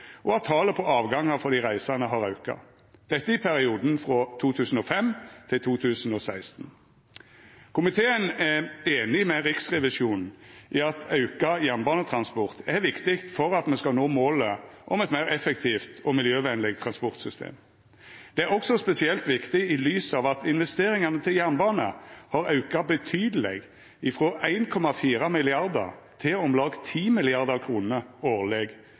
auka – dette i perioden frå 2005 til 2016. Komiteen er einig med Riksrevisjonen i at auka jernbanetransport er viktig for at me skal nå målet om eit meir effektivt og miljøvenleg transportsystem. Det er også spesielt viktig i lys av at investeringane til jernbanen har auka betydeleg, frå 1,4 mrd. kr til om lag 10 mrd. kr årleg